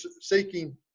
seeking